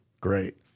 Great